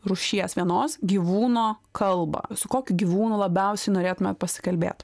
rūšies vienos gyvūno kalbą su kokiu gyvūnu labiausiai norėtumėt pasikalbėt